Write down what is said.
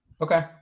okay